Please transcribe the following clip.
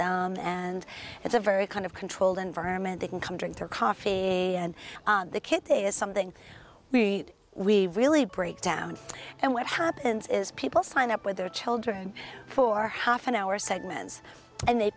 them and it's a very kind controlled environment they can come drink their coffee and the kid is something we we really break down and what happens is people sign up with their children for half an hour segments and they